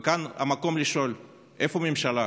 וכאן המקום לשאול: איפה הממשלה?